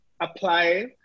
apply